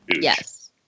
Yes